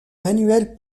manuel